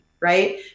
right